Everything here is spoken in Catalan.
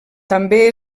també